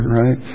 right